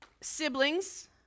Siblings